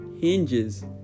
hinges